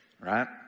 right